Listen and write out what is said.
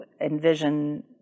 envision